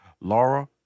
Laura